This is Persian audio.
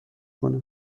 کنه